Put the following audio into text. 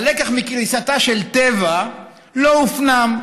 הלקח מקריסתה של טבע לא הופנם.